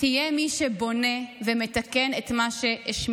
תהיה מי שבונה ומתקן את מה שהשמידו.